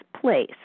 place